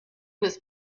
was